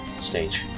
stage